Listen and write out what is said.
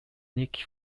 nikki